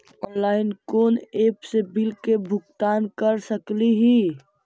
Online कोन app से bill के भुगतान कर सकली ही?